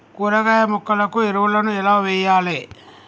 కూరగాయ మొక్కలకు ఎరువులను ఎలా వెయ్యాలే?